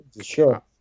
sure